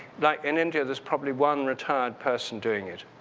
like in india, there's probably one retired person doing it.